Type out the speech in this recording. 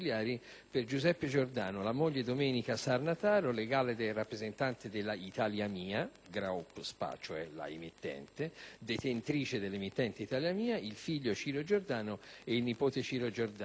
per Giuseppe Giordano, la moglie Domenica Sarnataro, legale del rappresentante della "Italia mia Group Spa", cioè la emittente, detentrice dell'emittente "Italia mia", il figlio Ciro Giordano ed il nipote Ciro Giordano.